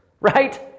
Right